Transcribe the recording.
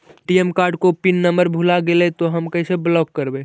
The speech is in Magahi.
ए.टी.एम कार्ड को पिन नम्बर भुला गैले तौ हम कैसे ब्लॉक करवै?